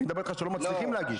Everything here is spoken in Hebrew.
אני מדבר אתך שלא מצליחים להגיש.